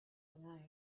with